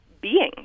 beings